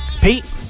Pete